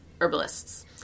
herbalists